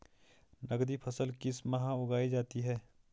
नकदी फसल किस माह उगाई जाती है?